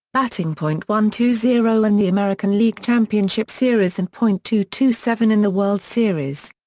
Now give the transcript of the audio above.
batting point one two zero in the american league championship series and point two two seven in the world series.